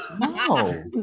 No